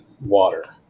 water